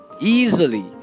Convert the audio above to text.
easily